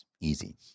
easy